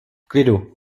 klidu